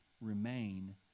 remain